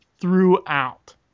throughout